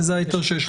ידברו: